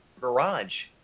garage